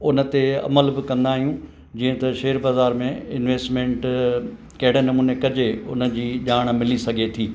उन ते अमल बि कंदा आहियूं जीअं त शेयर बाज़ारि में इंवैस्टमैंट कहिड़े नमूने कजे उन जी ॼाणु मिली सघे थी